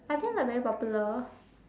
I think they're very popular